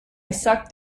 sucked